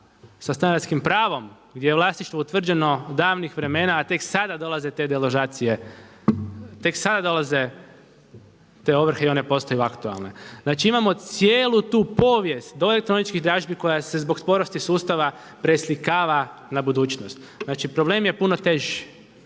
sa stanarskim pravom gdje je vlasništvo utvrđeno davnih vremena a tek sada dolaze te deložacije, tek sada dolaze te ovrhe i one postaju aktualne. Znači imamo cijelu tu povijest do elektroničkih dražbi koja se zbog sporosti sustava preslikava na budućnost. Znači problem je puno teži.